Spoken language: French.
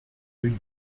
rue